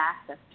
access